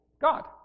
God